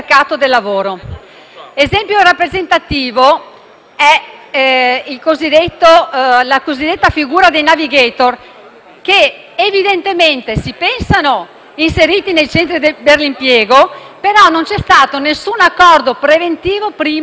Esempio rappresentativo è la cosiddetta figura dei *navigator*, che evidentemente si pensano inseriti nel centro per l'impiego, senza però che vi sia stato alcun accordo preventivo con le Regioni: